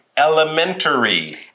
elementary